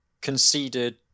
conceded